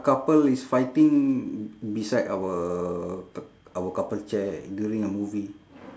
couple is fighting beside our our couple chair during a movie